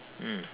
mm